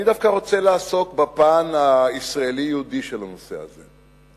אני דווקא רוצה לעסוק בפן הישראלי-יהודי של הנושא הזה.